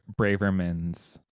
Braverman's